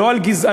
לא על גזענות,